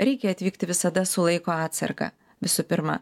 reikia atvykti visada su laiko atsarga visų pirma